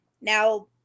Now